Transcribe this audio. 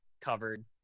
covered